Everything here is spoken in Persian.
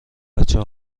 بچه